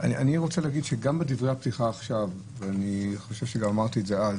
אני רוצה להגיד גם בדברי הפתיחה עכשיו ואני חושב שגם אמרתי את זה אז